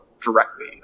directly